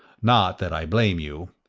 not that i blame you.